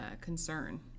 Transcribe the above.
concern